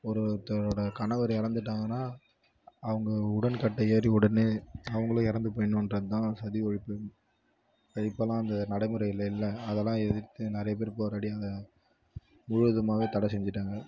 ஒரு ஒருத்தரோட கணவர் இறந்துட்டாங்கன்னா அவங்க உடன்கட்டை ஏறி உடனே அவங்களும் இறந்து போய்விடுணுன்றத்தான் சதி ஒழிப்பு அது இப்போல்லாம் அந்த நடைமுறையில் இல்லை அதெல்லாம் எதிர்த்து நிறைய பேர் போராடி அந்த முழுவதுமாக தடை செஞ்சுட்டாங்க